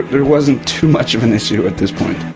there wasn't too much of an issue at this point.